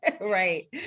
Right